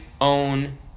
own